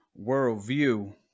worldview